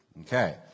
Okay